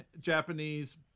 Japanese